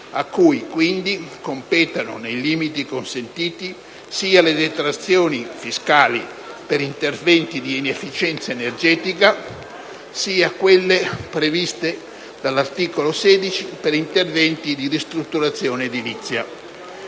a cui, quindi, competono, nei limiti consentiti, sia le detrazioni fiscali per interventi di efficienza energetica, sia quelle previste dall'articolo 16 per interventi di ristrutturazione edilizia.